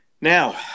Now